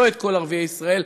את כל ערביי ישראל,